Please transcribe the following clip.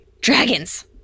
Dragons